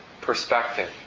perspective